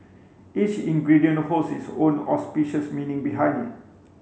each ingredient holds its own auspicious meaning behind it